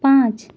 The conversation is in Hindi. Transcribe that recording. पाँच